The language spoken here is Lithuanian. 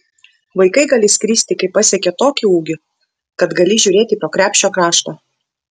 vaikai gali skristi kai pasiekia tokį ūgį kad gali žiūrėti pro krepšio kraštą